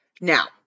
Now